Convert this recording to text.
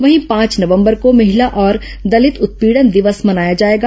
वहीं पांच नवंबर को महिला और दलित उत्पीडन दिवस मनाया जाएगा